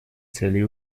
целей